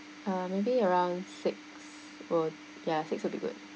uh maybe around six would ya six would be good